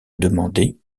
demandait